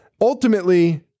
Ultimately